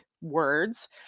words